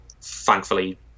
thankfully